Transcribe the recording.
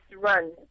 run